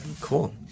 Cool